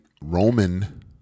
Roman